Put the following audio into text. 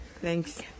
Thanks